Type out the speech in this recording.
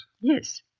Yes